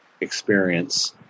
experience